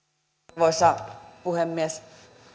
arvoisa puhemies